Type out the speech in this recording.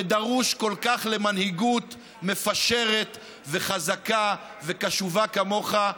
וכל כך נדרשת בו מנהיגות מפשרת וחזקה וקשובה כמוך,